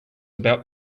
about